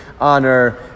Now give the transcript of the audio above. honor